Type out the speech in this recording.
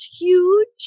huge